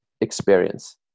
experience